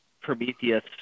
Prometheus